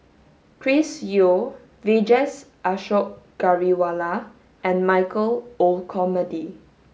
Chris Yeo Vijesh Ashok Ghariwala and Michael Olcomendy